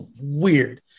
weird